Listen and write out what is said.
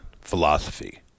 Philosophy